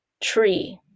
tree